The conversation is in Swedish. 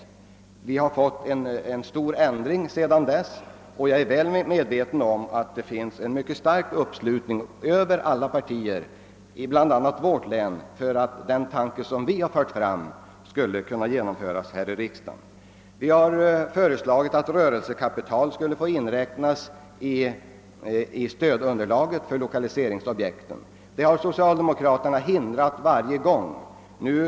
Det har blivit en stor förändring sedan dess, och det finns en stark uppslutning i alla partier, bl.a. i vårt län, kring den tanke som vi har fört fram. Vi har vidare föreslagit att rörelsekapital skulle få inräknas i stödunderlaget för lokaliseringsobjekt. Det har socialdemokraterna hindrat varje gång vi har föreslagit det.